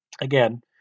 again